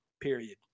period